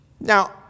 Now